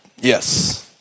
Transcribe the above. Yes